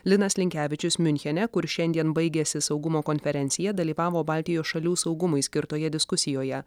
linas linkevičius miunchene kur šiandien baigiasi saugumo konferencija dalyvavo baltijos šalių saugumui skirtoje diskusijoje